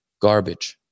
garbage